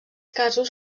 casos